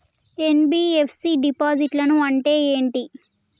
NBFC డిపాజిట్లను అంటే ఏంటి?